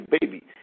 baby